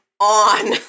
on